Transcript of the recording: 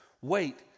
wait